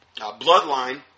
bloodline